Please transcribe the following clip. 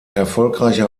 erfolgreicher